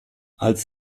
als